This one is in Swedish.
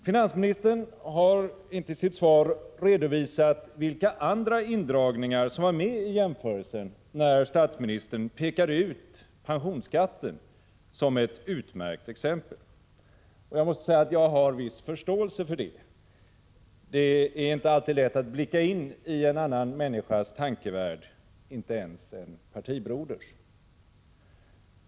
Finansministern har i sitt svar inte redovisat vilka andra indragningar som var med i jämförelsen när statsministern pekade ut pensionsskatten som ett utmärkt exempel. Jag har viss förståelse för det. Det är inte alltid lätt att blicka ini en annan människas tankevärld, inte ens en partibroders.